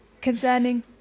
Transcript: concerning